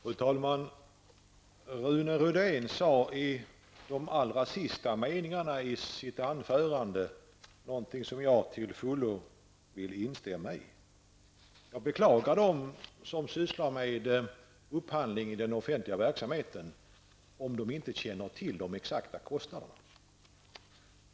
Fru talman! I de allra sista meningarna i sitt anförande sade Rune Rydén någonting som jag till fullo vill instämma i. Jag beklagar dem som arbetar med upphandling inom den offentliga verksamheten som inte känner till de exakta kostnaderna.